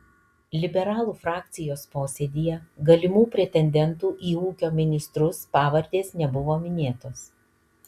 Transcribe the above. liberalų frakcijos posėdyje galimų pretendentų į ūkio ministrus pavardės nebuvo minėtos